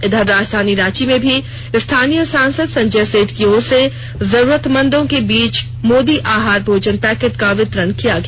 इधर राजधानी रांची में भी स्थानीय सांसद संजय सेठ की ओर से जरूरतमंदों के बीच मोदी आहार भोजन पैकेट का वितरण किया गया